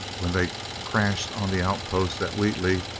when they crashed on the outposts at wheatley,